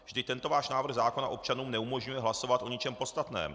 Vždyť tento váš návrh zákona občanům neumožňuje hlasovat o ničem podstatném.